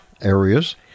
Areas